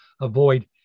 avoid